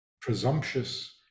presumptuous